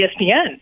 ESPN